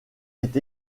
est